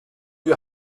you